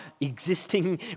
existing